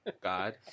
God